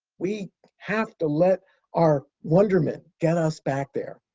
we have to let our wonderment get us back there.